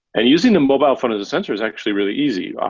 and using the mobile phone as a sensor is actually really easy.